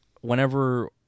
Whenever